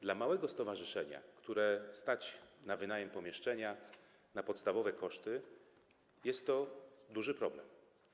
Dla małego stowarzyszenia, które stać na wynajem pomieszczenia i na pokrycie podstawowych kosztów, jest to duży problem.